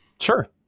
Sure